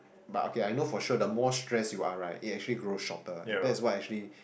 but okay I know for sure the most stress you are right it actually grows shorter and that's why actually